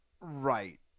right